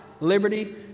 liberty